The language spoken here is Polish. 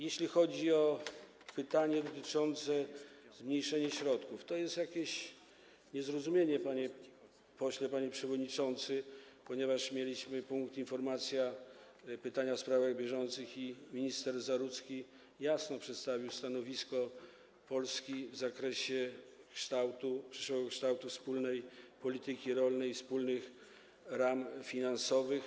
Jeśli chodzi o pytanie dotyczące zmniejszenia środków, to jest jakieś niezrozumienie, panie pośle, panie przewodniczący, ponieważ mieliśmy punkt: Pytania w sprawach bieżących i minister Zarudzki jasno przedstawił stanowisko Polski w zakresie przyszłego kształtu wspólnej polityki rolnej, wspólnych ram finansowych.